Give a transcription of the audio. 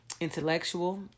intellectual